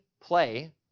play